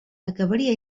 acabaria